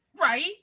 Right